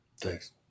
Thanks